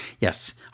Yes